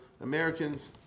Americans